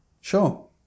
Sure